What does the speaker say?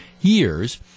years